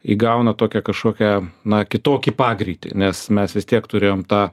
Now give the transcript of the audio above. įgauna tokią kažkokią na kitokį pagreitį nes mes vis tiek turėjom tą